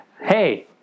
Hey